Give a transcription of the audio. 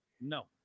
No